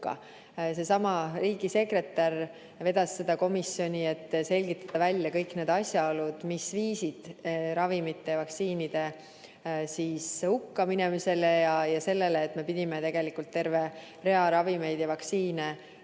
Seesama riigisekretär vedas seda komisjoni, et selgitada välja kõik need asjaolud, mis viisid ravimite ja vaktsiinide hukka minemiseni ja selleni, et me pidime tegelikult terve rea ravimeid ja vaktsiine maha